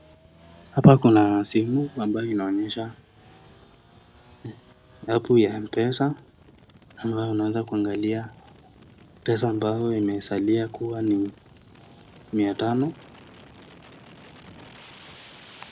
Hapa kuna simu ambayo inaonyesha app ya mpesa ambayo unaweza kuangalia pesa ambayo imesalia kuwa ni mia tano.